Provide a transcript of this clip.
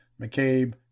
McCabe